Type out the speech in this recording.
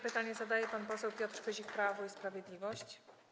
Pytanie zadaje pan poseł Piotr Pyzik, Prawo i Sprawiedliwość.